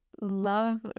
love